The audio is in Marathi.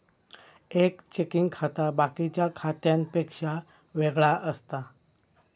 एक चेकिंग खाता बाकिच्या खात्यांपेक्षा वेगळा असता